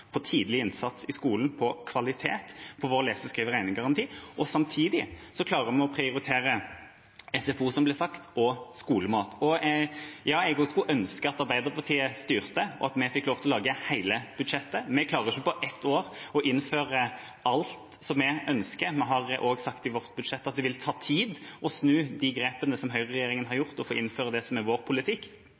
på tidlig innsats i skolen, på kvalitet, på vår lese-, skrive- og regnegaranti, og samtidig klarer vi å prioritere SFO, som det ble sagt, og skolemat. Jeg skulle også ønsket at Arbeiderpartiet styrte, og at vi fikk lov til å lage hele budsjettet. Vi klarer ikke på ett år å innføre alt som vi ønsker. Vi har også sagt i vårt budsjett at det vil ta tid å snu de grepene som høyreregjeringen har gjort, og få innføre det som er vår politikk.